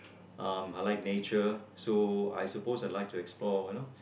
um I like nature so I suppose I like to explore you know